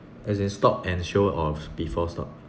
as in stop and show or before stop